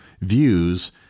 views